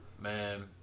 Man